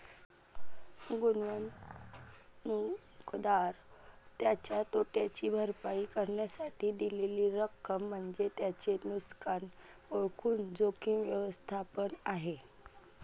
गुंतवणूकदार त्याच्या तोट्याची भरपाई करण्यासाठी दिलेली रक्कम म्हणजे त्याचे नुकसान ओळखून जोखीम व्यवस्थापन आहे